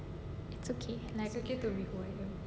it's okay like